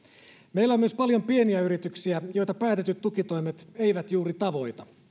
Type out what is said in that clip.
meillä on myös paljon pieniä yrityksiä joita päätetyt tukitoimet eivät juuri tavoita